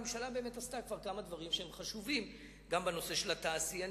הממשלה עשתה כמה דברים שהם חשובים בנושא של התעשיינים,